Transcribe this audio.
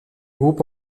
groupe